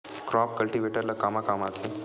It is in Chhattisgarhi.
क्रॉप कल्टीवेटर ला कमा काम आथे?